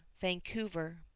Vancouver